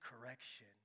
correction